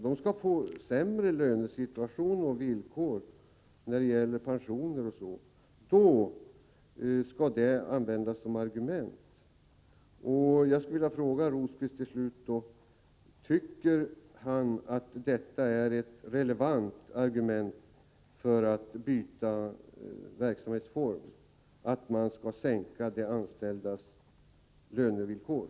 De skulle få sämre lönesituation och sämre villkor när det gäller pension. Detta används som argument. Jag skulle till slut vilja fråga Birger Rosqvist om han tycker att detta att man skall försämra de anställdas lönevillkor är ett relevant argument för att byta verksamhetsform.